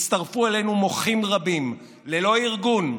הצטרפו אלינו מוחים רבים ללא ארגון,